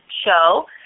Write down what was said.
show